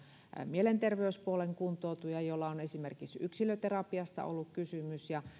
mielenterveyspuolen kuntoutujia joilla on esimerkiksi yksilöterapiasta ollut kysymys ja